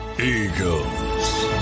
Eagles